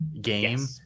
game